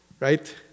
Right